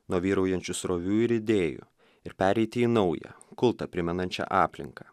nuo vyraujančių srovių ir idėjų ir pereiti į naują kultą primenančią aplinką